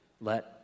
let